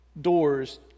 doors